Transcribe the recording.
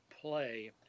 play